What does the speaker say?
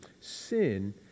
sin